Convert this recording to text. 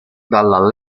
dalla